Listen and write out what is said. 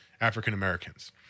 African-Americans